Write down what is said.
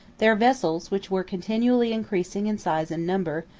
their vessels, which were continually increasing in size and number,